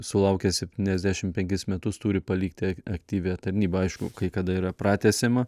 sulaukęs septyniasdešim penkis metus turi palikti aktyvią tarnybą aišku kai kada yra pratęsiama